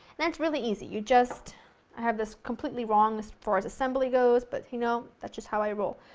then it's really easy, you just i have this completely wrong, as far as assembly goes, but you know, that's just how i roll,